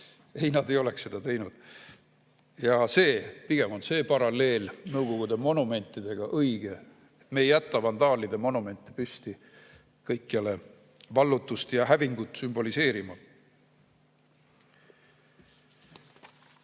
Ei, nad ei oleks seda teinud. Ja pigem on see paralleel Nõukogude monumentide puhul õige. Me ei jäta vandaalide monumente püsti kõikjale vallutust ja hävingut sümboliseerima.